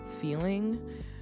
feeling